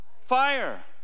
fire